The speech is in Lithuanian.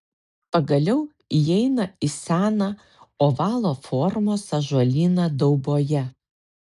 pagaliau įeina į seną ovalo formos ąžuolyną dauboje